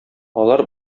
алар